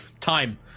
Time